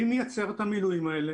מי מייצר את המילואים האלה?